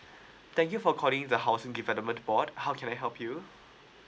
thank you for calling the house development board how can I help you